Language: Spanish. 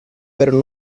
pero